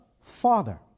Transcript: Father